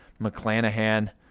McClanahan